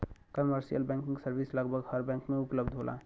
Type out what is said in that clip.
commercial banking service लगभग हर bank में उपलब्ध होला